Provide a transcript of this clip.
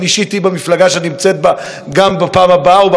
שאת נמצאת בה גם בפעם הבאה או בפעם אחר כך,